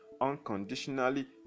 unconditionally